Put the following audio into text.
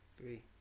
three